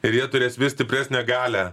ir jie turės vis stipresnę galią